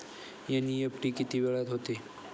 NEFT किती वेळात होते?